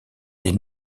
des